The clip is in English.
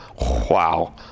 wow